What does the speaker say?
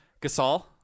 Gasol